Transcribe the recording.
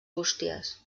bústies